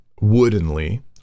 woodenly